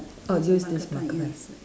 oh use this marker